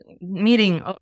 meeting